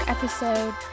episode